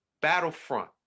battlefront